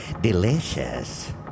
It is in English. delicious